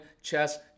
Chess